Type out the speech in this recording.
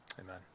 Amen